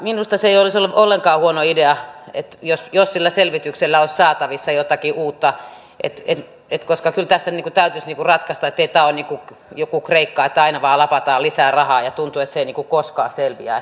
minusta se ei olisi ollenkaan huono idea jos sillä selvityksellä olisi saatavissa jotakin uutta koska kyllä tässä täytyisi ratkaista ettei tämä ole niin kuin joku kreikka että aina vain lapataan lisää rahaa ja tuntuu että se ei koskaan selviä